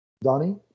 Donnie